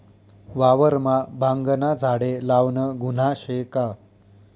वावरमा भांगना झाडे लावनं गुन्हा शे का?